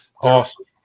Awesome